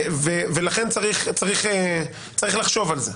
ולכן צריך לחשוב על זה.